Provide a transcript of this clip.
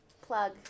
plug